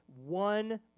One